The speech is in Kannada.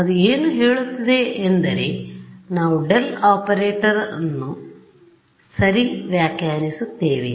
ಆದ್ದರಿಂದ ಅದು ಏನು ಹೇಳುತ್ತದೆ ಎಂದರೆ ನಾವು ಡೆಲ್ ಆಪರೇಟರ್ ಅನ್ನು ಸರಿ ವ್ಯಾಖ್ಯಾನಿಸುತ್ತೇವೆ